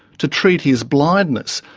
to treat his blindness,